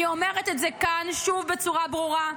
אני אומרת את זה כאן שוב בצורה ברורה: